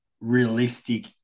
realistic